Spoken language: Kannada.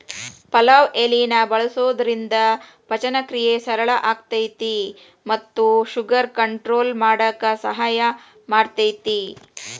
ಪಲಾವ್ ಎಲಿನ ಬಳಸೋದ್ರಿಂದ ಪಚನಕ್ರಿಯೆ ಸರಳ ಆಕ್ಕೆತಿ ಮತ್ತ ಶುಗರ್ ಕಂಟ್ರೋಲ್ ಮಾಡಕ್ ಸಹಾಯ ಮಾಡ್ತೆತಿ